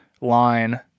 line